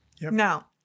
Now